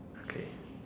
okay